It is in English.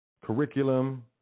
Curriculum